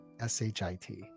S-H-I-T